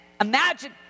imagine